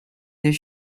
there